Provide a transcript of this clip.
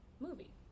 movie